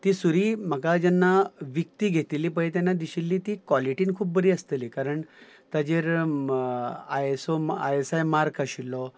ती सुरी म्हाका जेन्ना विकती घेतिल्ली पळय तेन्ना दिशिल्ली ती क्वॉलिटीन खूब बरी आसतली कारण ताचेर I S O I S I mark आशिल्लो